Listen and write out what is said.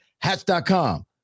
Hats.com